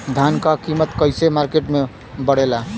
धान क कीमत कईसे मार्केट में बड़ेला?